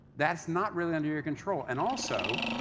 that's not really under your control. and also,